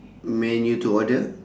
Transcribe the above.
menu to order